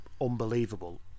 unbelievable